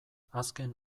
azken